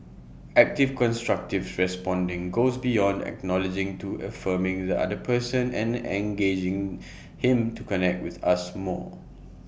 active constructive responding goes beyond acknowledging to affirming with the other person and engaging him to connect with us more